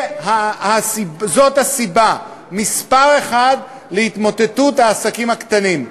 זאת הסיבה מספר אחת להתמוטטות העסקים הקטנים.